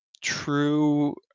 true